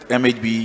mhb